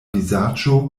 vizaĝo